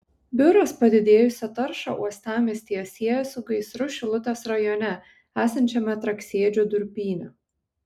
biuras padidėjusią taršą uostamiestyje sieja su gaisru šilutės rajone esančiame traksėdžių durpyne